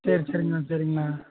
சரி சரிங்கண்ணா சரிங்கண்ணா